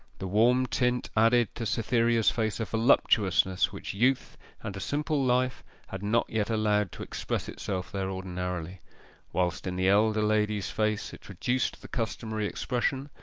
the warm tint added to cytherea's face a voluptuousness which youth and a simple life had not yet allowed to express itself there ordinarily whilst in the elder lady's face it reduced the customary expression,